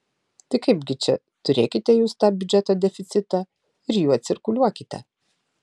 tai kaipgi čia turėkite jūs tą biudžeto deficitą ir juo cirkuliuokite